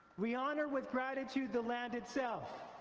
we honor with gratitude the land itself,